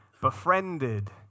befriended